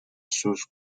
sus